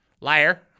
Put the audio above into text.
Liar